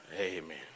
Amen